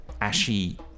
ashy